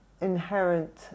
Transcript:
inherent